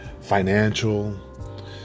financial